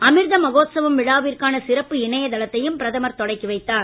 அமிர்தமகோத்சவம் விழாவிற்கான சிறப்பு இணையதளத்தையும் பிரதமர் தொடக்கி வைத்தார்